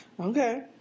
Okay